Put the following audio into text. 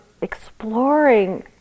exploring